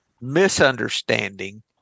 misunderstanding